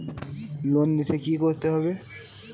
Loan নিতে কী করতে হবে?